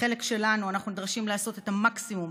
בחלק שלנו אנחנו נדרשים לעשות את המקסימום,